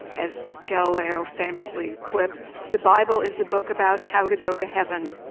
as galileo famously quipped the bible is a book about how to go to heaven,